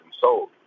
sold